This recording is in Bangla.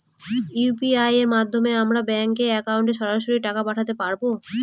ইউ.পি.আই এর মাধ্যমে আমরা ব্যাঙ্ক একাউন্টে সরাসরি টাকা পাঠাতে পারবো?